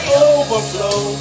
overflow